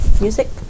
Music